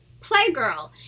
Playgirl